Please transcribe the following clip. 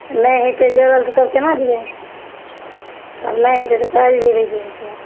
नहि हेतै जोड़ल तऽ तब कोना जएबै तब नहि हेतै तऽ काल्हि जएबै जोड़िके